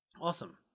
Awesome